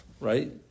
right